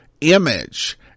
Image